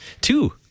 Two